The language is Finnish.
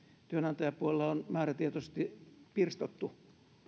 työnantajapuolella on määrätietoisesti pirstottu